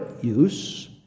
use